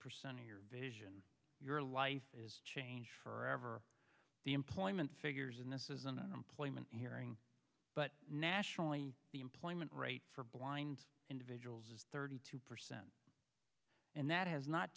percent of your vision your life is changed forever the employment figures in this is an unemployment hearing but nationally the employment rate for blind individuals is thirty two percent and that has not